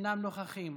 אינם נוכחים,